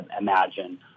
imagine